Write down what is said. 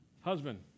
Husband